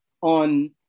on